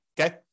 Okay